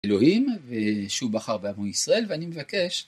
אלוהים, שהוא בחר בעמו ישראל, ואני מבקש...